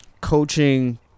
coaching